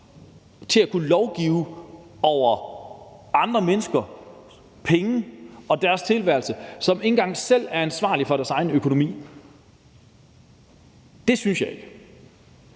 til at kunne lovgive og bestemme over andre menneskers penge og tilværelse, men som ikke engang selv er ansvarlige for deres egen økonomi? Det synes jeg ikke.